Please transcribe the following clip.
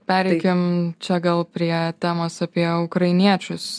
pereikim čia gal prie temos apie ukrainiečius